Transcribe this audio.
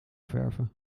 verven